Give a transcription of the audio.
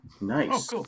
Nice